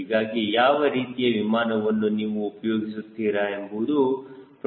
ಹೀಗಾಗಿ ಯಾವ ರೀತಿಯ ವಿಮಾನವನ್ನು ನೀವು ಉಪಯೋಗಿಸುತ್ತೀರಾ ಎಂಬುದು ಪ್ರಮುಖವಾಗಿರುತ್ತದೆ